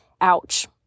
Ouch